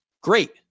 great